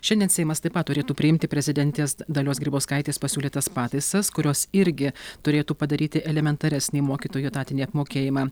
šiandien seimas taip pat turėtų priimti prezidentės dalios grybauskaitės pasiūlytas pataisas kurios irgi turėtų padaryti elementaresnį mokytojų etatinį apmokėjimą